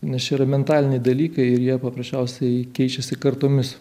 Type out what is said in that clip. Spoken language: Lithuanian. nes čia yra mentaliniai dalykai ir jie paprasčiausiai keičiasi kartomis